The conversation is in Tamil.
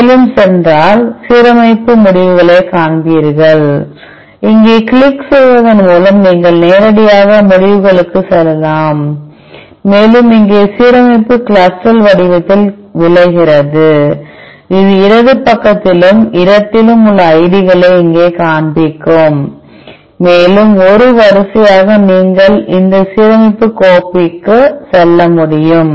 மேலும் சென்றாள் சீரமைப்பு முடிவுகளைக் காண்பீர்கள் இங்கே கிளிக் செய்வதன் மூலம் நீங்கள் நேரடியாக முடிவுகளுக்குச் செல்லலாம் மேலும் இங்கே சீரமைப்பு CLUSTAL வடிவத்தில் விளைகிறது இது இடது பக்கத்திலும் இடத்திலும் உள்ள ஐடிகளை இங்கே காண்பிக்கும் மேலும் ஒரு வரிசையாக நீங்கள் இந்த சீரமைப்பு கோப்பை சொல்ல முடியும்